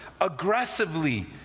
aggressively